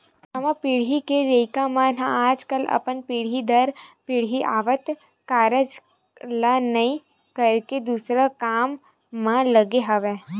नवा पीढ़ी के लइका मन ह आजकल अपन पीढ़ी दर पीढ़ी आवत कारज ल नइ करके दूसर काम म लगे हवय